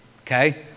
okay